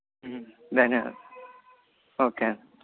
ధన్యవాదాలు ఓకే అండి